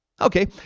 Okay